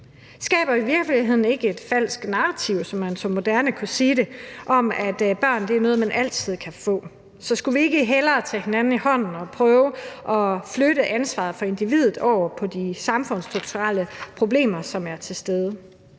Skaber vi i virkeligheden ikke et falsk narrativ, som man så moderne kan sige det, om, at børn er noget, man altid kan få? Skulle vi ikke hellere tage hinanden i hånden og prøve at flytte ansvaret fra individet over på de samfundsstrukturelle problemer, som er til stede?